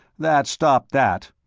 that stopped that.